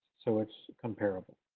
so, it's comparable.